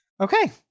Okay